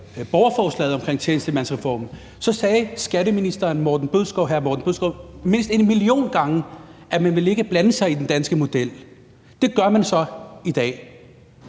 borgerforslaget omkring tjenestemandsreformen, sagde skatteministeren mindst en million gange, at man ikke ville blande sig i den danske model. Det gør man så i dag.